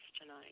tonight